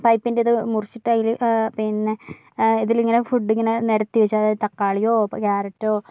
പൈപ്പിൻ്റെത് മുറിച്ചിട്ട് അതില് പിന്നെ ഇതിലിങ്ങനെ ഫുഡിങ്ങനെ നിരത്തി വെച്ച് അതായത് താക്കളിയോ കാരറ്റോ